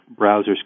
browsers